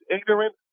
ignorant